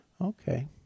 okay